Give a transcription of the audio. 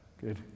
good